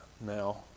now